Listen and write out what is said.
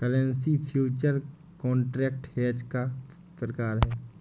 currency future contract hedge का प्रकार है